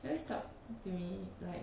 he always talk to me like